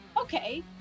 Okay